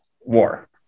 war